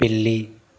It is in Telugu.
పిల్లి